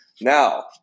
Now